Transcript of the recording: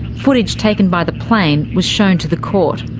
footage taken by the plane was shown to the court.